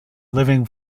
living